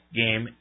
game